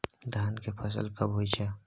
धान के फसल कब होय छै?